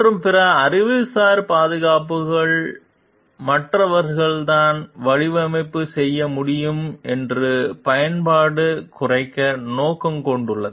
மற்றும் பிற அறிவுசார் பாதுகாப்புகள் மற்றவர்கள் தான் வடிவமைப்பு செய்ய முடியும் என்று பயன்பாடு குறைக்க நோக்கம் கொண்டுள்ளது